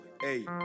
Hey